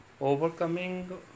Overcoming